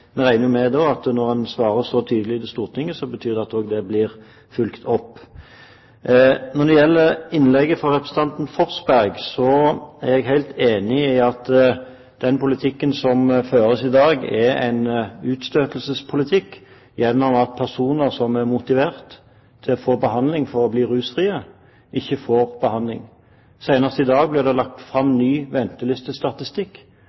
jeg helt enig i at den politikken som føres i dag, er en utstøtelsespolitikk ved at personer som er motivert for behandling for å bli rusfrie, ikke får behandling. Senest i dag ble det lagt